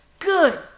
Good